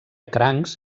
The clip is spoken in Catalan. crancs